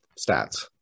Stats